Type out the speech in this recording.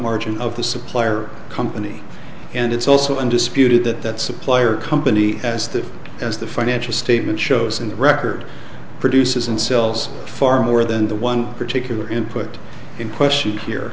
margin of the supplier company and it's also undisputed that that supplier company has that as the financial statement shows and record produces and sells far more than the one particular input